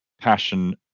passion